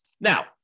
Now